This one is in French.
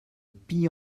pis